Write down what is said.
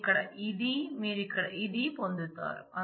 మీరు ఇక్కడ ఇది మీరు ఇక్కడ ఇది పొందుతారు